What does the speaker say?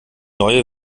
neue